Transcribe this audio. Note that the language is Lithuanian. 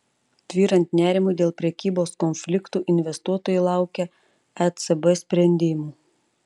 tvyrant nerimui dėl prekybos konfliktų investuotojai laukia ecb sprendimų